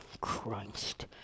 Christ